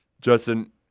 Justin